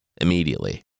Immediately